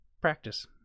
practice